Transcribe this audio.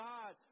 God